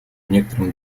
некоторым